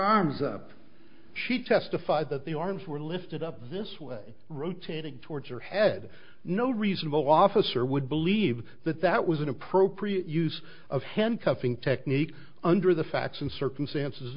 arms up she testified that the arms were lifted up this way rotated towards her head no reasonable officer would believe that that was an appropriate use of him cuffing technique under the facts and circumstances